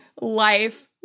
life